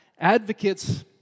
advocates